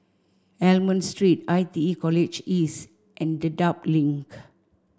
Almond Street I T E College East and Dedap Link